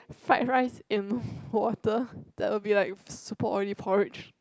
fried rice in water that will be like super oily porridge